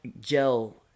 gel